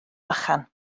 bychan